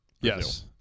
Yes